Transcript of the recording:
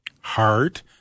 heart